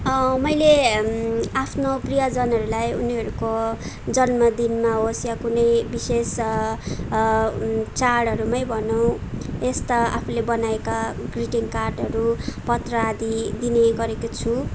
मैले आफ्नो प्रियजनहरूलाई उनीहरूको जन्मदिनमा होस् या कुनै विशेष चाडहरूमै भनौँ यस्ता आफूले बनाएका ग्रिटिङ कार्डहरू पत्र आदि दिने गरेको छु